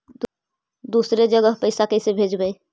दुसरे जगह पैसा कैसे भेजबै?